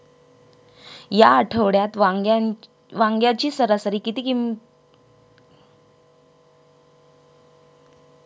या आठवड्यात वांग्याची सरासरी किंमत किती आहे?